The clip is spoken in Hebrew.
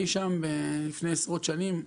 אי שם לפני עשרות שנים,